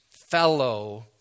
fellow